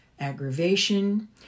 aggravation